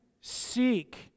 seek